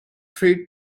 three